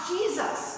Jesus